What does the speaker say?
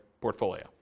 portfolio